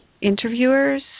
interviewers